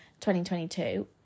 2022